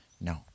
No